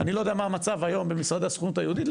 אני לא יודע מה המצב היום במשרדי הסוכנות היהודית.